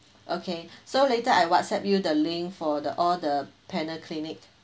okay so later I whatsapp you the link for the all the panel clinic